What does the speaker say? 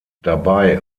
dabei